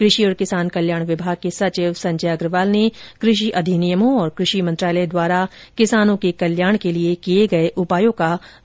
कृषि और किसान कल्याण विभाग के सचिव संजय अग्रवाल ने कृषि अधिनियमों और कृषि मंत्रालय द्वारा किसानों के कल्याण के लिए किए गए उपायों का विस्तृत ब्यौरा दिया